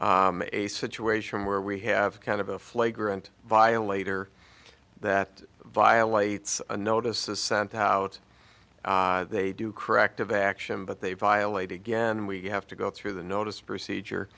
a situation where we have kind of a flagrant violator that violates a notice is sent out they do corrective action but they violate again we have to go through the notice procedure